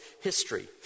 history